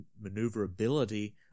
maneuverability